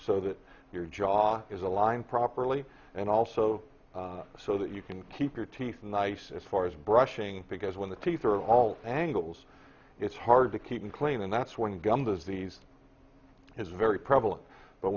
so that your job is aligned properly and also so that you can keep your teeth nice as far as brushing because when the teeth are all tangles it's hard to keep them clean and that's when gum disease is very prevalent but